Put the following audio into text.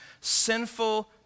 sinful